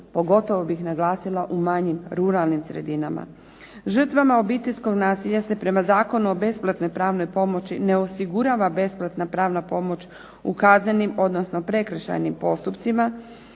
pogotovo bih naglasila u manjim ruralnim sredinama. Žrtvama obiteljskog nasilja se prema Zakonu o besplatnoj pravnoj pomoći ne osigurava besplatna pravna pomoć u kaznenim odnosno prekršajnim postupcima